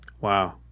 Wow